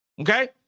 Okay